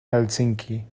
helsinki